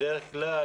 בדרך כלל,